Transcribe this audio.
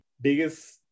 biggest